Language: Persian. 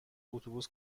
اتوبوس